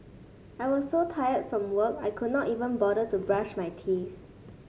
I was so tired from work I could not even bother to brush my teeth